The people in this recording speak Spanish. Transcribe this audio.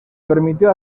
permitió